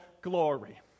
glory